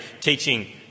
teaching